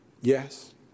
Yes